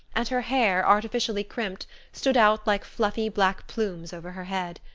and her hair, artificially crimped, stood out like fluffy black plumes over her head.